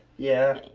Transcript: yeah.